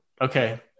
Okay